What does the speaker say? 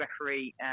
referee